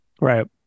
right